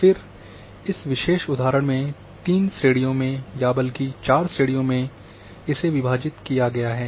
फिर इस विशेष उदाहरण में तीन श्रेणियों में या बल्कि चार श्रेणियों में विभाजित किया गया है